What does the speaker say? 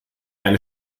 eine